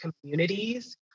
communities